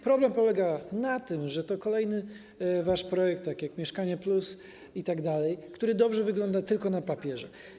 Problem polega na tym, że to kolejny wasz projekt, tak jak ˝Mieszkanie+˝ itd., który dobrze wygląda tylko na papierze.